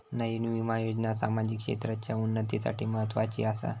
नयीन विमा योजना सामाजिक क्षेत्राच्या उन्नतीसाठी म्हत्वाची आसा